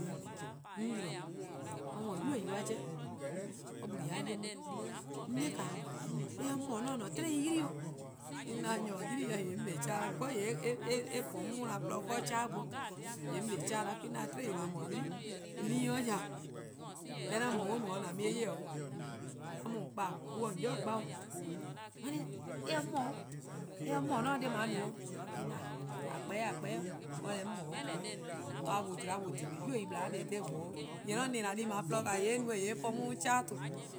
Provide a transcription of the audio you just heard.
'On yi-a 'de, or :mor 'yu-yu-a or blu ya or 'ye-a 'on, 'on 'bae: eh :se mor-' 'on se :an-a'a: 'tiei' 'yli 'o, 'de 'on 'da :yee nyor or 'yli-eh:, :yee' 'on 'kpa 'o 'keleh 'da 'weh, 'becaue :yee' eh po 'on mona :porluh ken 'de keleh bo, :yee' 'on 'kpa 'o keleh 'da 'weh 'do 'on 'da 'tiei: :dao' :mor 'o or 'ylii. :mor :on se-ih 'de :ya deh 'a mu-a :on 'bhun no-' 'an mu-o on no-' :an mu-eh 'ye 'o. 'An mu :on :kpa on 'ye :on worn 'i gba 'o. Or 'da eh :se 'mor 'o, eh :se 'mor :or se deh+ :dao' no 'o. 'De 'on 'da :ao', :a kpa-eh :a kpa-eh, or 'de 'moe 'o, glu-a buh, zorn-a buh :dhubu: 'yu-yu ple or 'kpa 'de :gboa' 'o. Yee' :mor 'on :na-dih deh :dao' :porluh keh-dih :yee' eh po 'o '. keleh :ton. 'keleh 'da 'weh